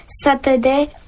Saturday